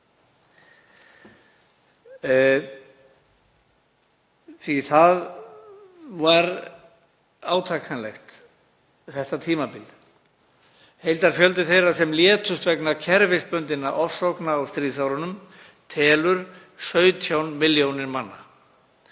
tímabil var átakanlegt. Heildarfjöldi þeirra sem létust vegna kerfisbundinna ofsókna á stríðsárunum telur 17 milljónir manna.